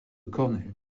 cornell